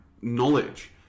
knowledge